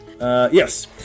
Yes